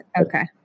okay